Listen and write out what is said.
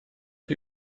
chi